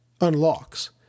unlocks